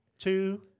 Two